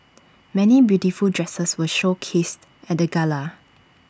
many beautiful dresses were showcased at the gala